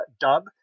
dub